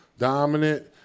Dominant